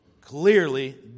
clearly